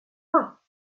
pas